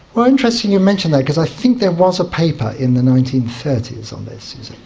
well, interesting you mention that because i think there was a paper in the nineteen thirty s on this.